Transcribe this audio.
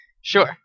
Sure